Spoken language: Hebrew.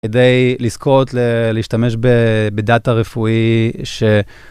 כדי לזכות, להשתמש בדאטה רפואי ש...